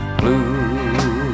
blue